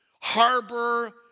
Harbor